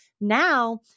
Now